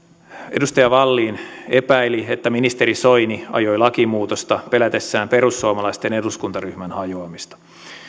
edustaja wallin epäili että ministeri soini ajoi lakimuutosta pelätessään perussuomalaisten eduskuntaryhmän hajoamista